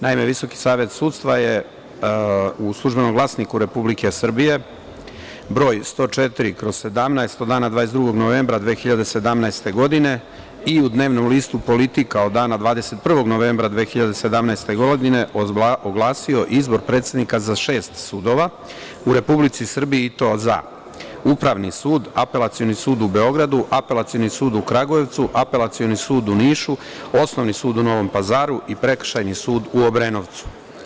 Naime, VSS je u Službenom glasniku RS broj 104/17 od dana 22. novembra 2017. godine i u dnevnom listu Politika od dana 21. novembra 2017. godine oglasio izbor predsednika za šest sudova u Republici Srbiji i to za Upravni sud, Apelacioni sud u Beogradu, Apelacioni sud u Kragujevcu, Apelacioni sud u Nišu, Osnovni sud u Novom Pazaru i Prekršajni sud u Obrenovcu.